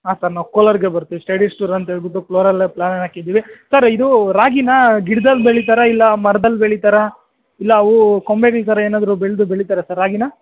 ಹಾಂ ಸರ್ ನಾವು ಕೋಲಾರಿಗೆ ಬರ್ತೀವಿ ಸ್ಟಡೀಸ್ ಟೂರ್ ಅಂತ ಹೇಳಿಬಿಟ್ಟು ಕ್ಲೋರಲ್ಲೇ ಪ್ಲ್ಯಾನ್ ಹಾಕಿದ್ದೀವಿ ಸರ್ ಇದು ರಾಗಿನ ಗಿಡದಲ್ಲಿ ಬೆಳಿತಾರಾ ಇಲ್ಲ ಮರದಲ್ಲಿ ಬೆಳಿತಾರಾ ಇಲ್ಲ ಅವು ಕೊಂಬೆಗಳ ಥರ ಏನಾದರೂ ಬೆಳೆದು ಬೆಳಿತಾರಾ ಸರ್ ರಾಗಿನ